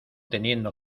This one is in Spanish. teniendo